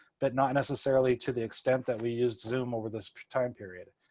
but not necessarily to the extent that we used zoom over this time period.